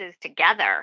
together